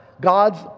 God's